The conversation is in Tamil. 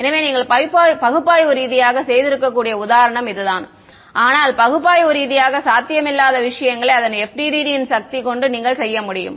எனவே நீங்கள் பகுப்பாய்வு ரீதியாக செய்திருக்கக்கூடிய உதாரணம் இதுதான் ஆனால் பகுப்பாய்வு ரீதியாக சாத்தியமில்லாத விஷயங்களை அதன் FDTD ன் சக்தி கொண்டு நீங்கள் செய்ய முடியும்